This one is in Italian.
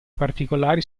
particolari